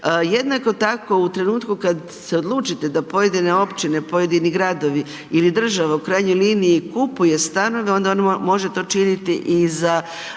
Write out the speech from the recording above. Jednako tako, u trenutku kad se odlučite da pojedine općine i pojedini gradovi ili država u krajnjoj liniji kupuje stanove, onda može to činiti i za